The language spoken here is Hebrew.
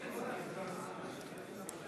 קובעת כי